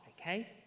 okay